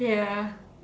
ya